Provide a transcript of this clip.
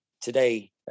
today